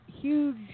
huge